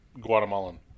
Guatemalan